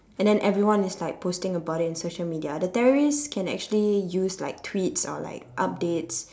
and then everyone is like posting about it in social media the terrorist can actually use like tweets or like updates